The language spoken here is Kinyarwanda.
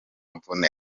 mvune